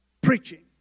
preaching